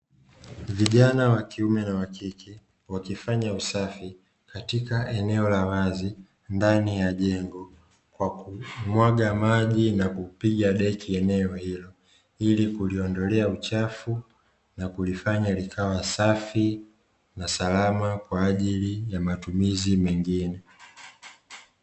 Vijana wa kike na kiume wakifanya usafi katika eneo la wazi ndani ya jengo kwa kumwaga maji na kupiga deki eneo hilo, ili kuliondolea uchafu na kulifanya liwe safi na salama kwa ajili ya matumizi mengine.